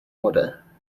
order